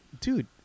Dude